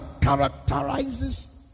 characterizes